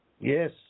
yes